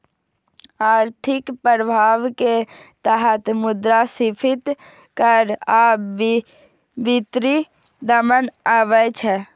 आर्थिक प्रभाव के तहत मुद्रास्फीति कर आ वित्तीय दमन आबै छै